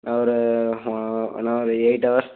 என்ன ஒரு என்ன ஒரு எயிட் ஹவர்ஸ்